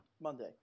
Monday